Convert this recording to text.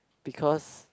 because